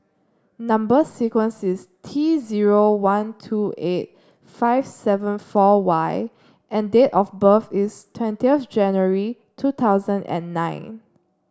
number sequence is T zero one two eight five seven four Y and date of birth is twentieth January two thousand and nine